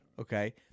Okay